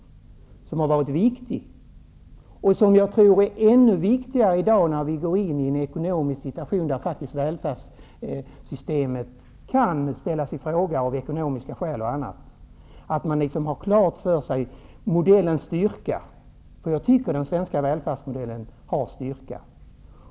Denna samsyn har varit viktig, och jag tror att den är ännu viktigare i dag när vi går in i en ekonomisk situation där välfärdssystemet faktiskt kan ifrågasättas av bl.a. ekonomiska skäl. Det är då viktigt att man har modellens styrka klar för sig. Jag tycker nämligen att den svenska välfärdsmodellen har styrka.